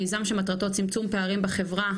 מיזם שמטרתו צמצום פערים בחברה,